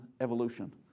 Evolution